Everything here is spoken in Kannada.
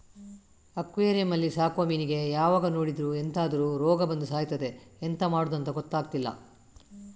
ಅಕ್ವೆರಿಯಂ ಅಲ್ಲಿ ಸಾಕುವ ಮೀನಿಗೆ ಯಾವಾಗ ನೋಡಿದ್ರೂ ಎಂತಾದ್ರೂ ರೋಗ ಬಂದು ಸಾಯ್ತದೆ ಎಂತ ಮಾಡುದಂತ ಗೊತ್ತಾಗ್ತಿಲ್ಲ